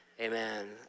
amen